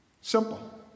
simple